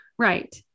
Right